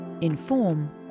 inform